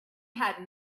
had